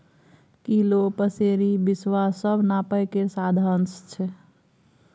kilo, पसेरी, बिसवा सब नापय केर साधंश छै